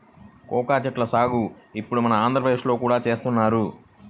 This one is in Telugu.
కోకా చెట్ల సాగు ఇప్పుడు మన ఆంధ్రప్రదేశ్ లో కూడా చేస్తున్నారు